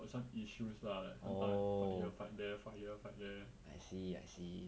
got some issues lah sometimes fight here fight there fight here fight there